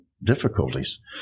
difficulties